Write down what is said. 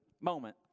moment